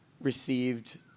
received